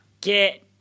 Get